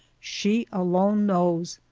she alone knows.